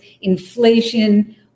inflation